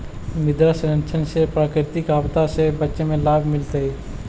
मृदा संरक्षण से प्राकृतिक आपदा से बचे में लाभ मिलतइ